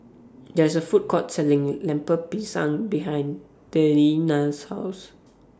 There IS A Food Court Selling Lemper Pisang behind Deana's House